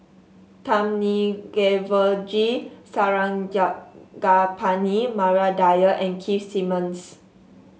G Maria Dyer and Keith Simmons